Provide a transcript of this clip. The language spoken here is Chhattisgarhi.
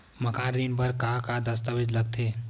मकान ऋण बर का का दस्तावेज लगथे?